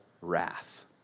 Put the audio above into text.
wrath